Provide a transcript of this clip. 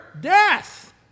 death